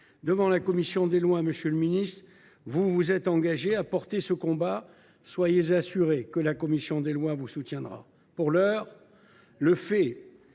Devant la commission des lois, monsieur le ministre, vous vous êtes engagé à porter ce combat ; soyez assuré que la commission des lois vous soutiendra. Pour l’heure, le fait